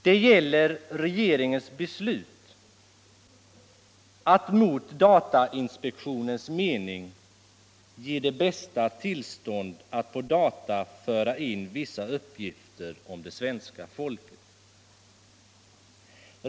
Det gäller regeringens beslut att mot datainspektionens mening ge Det Bästa tillstånd att på data föra in vissa uppgifter om det svenska folket.